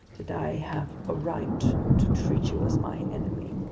that i have a right to treat you as my enemy.